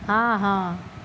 हँ हँ